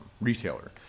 retailer